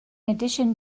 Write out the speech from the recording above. addition